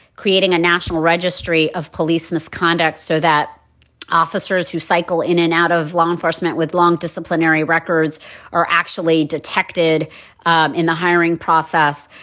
creating a national registry of police misconduct so that officers who cycle in and out of law enforcement with long disciplinary records are actually detected um in the hiring process,